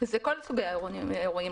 זה כל סוגי האירועים,